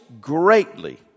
greatly